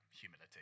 humility